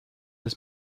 this